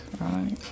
right